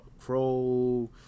Crow